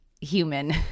human